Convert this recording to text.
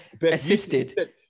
Assisted